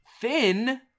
thin